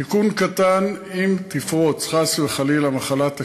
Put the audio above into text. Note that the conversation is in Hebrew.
תיקון קטן: אם תפרוץ, חס וחלילה, מחלת הכלבת,